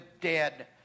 Dead